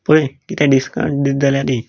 पळय कितें डिस्काउंट दित जाल्यार दी